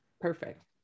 Perfect